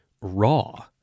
raw